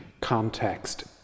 context